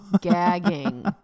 Gagging